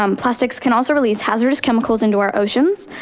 um plastics can also release hazardous chemicals into our oceans.